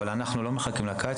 אבל אנחנו לא מחכים לקיץ,